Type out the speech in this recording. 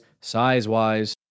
size-wise